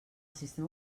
sistema